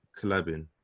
collabing